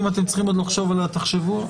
אם אתם צריכים עוד לחשוב עליה, תחשבו.